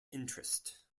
interest